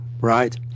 right